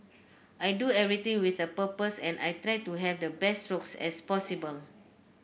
I do everything with a purpose and I try to have the best strokes as possible